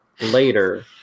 later